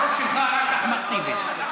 בראש שלך רק אחמד טיבי.